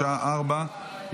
בשעה 16:00.